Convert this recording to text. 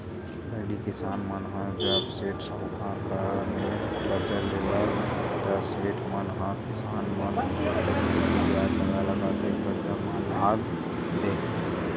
पहिली किसान मन ह जब सेठ, साहूकार करा ले करजा लेवय ता सेठ मन ह किसान मन ऊपर चक्रबृद्धि बियाज लगा लगा के करजा म लाद देय